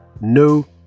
no